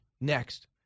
Next